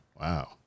Wow